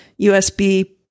USB